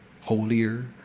holier